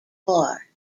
war